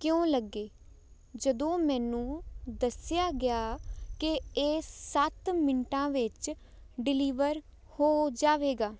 ਕਿਉਂ ਲੱਗੇ ਜਦੋਂ ਮੈਨੂੰ ਦੱਸਿਆ ਗਿਆ ਕਿ ਇਹ ਸੱਤ ਮਿੰਟਾਂ ਵਿੱਚ ਡਿਲੀਵਰ ਹੋ ਜਾਵੇਗਾ